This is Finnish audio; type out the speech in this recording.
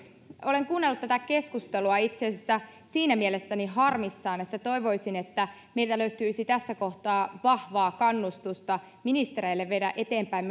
olen kuunnellut tätä keskustelua siinä mielessä harmissaan että toivoisin että meiltä löytyisi tässä kohtaa vahvaa kannustusta ministereille viedä eteenpäin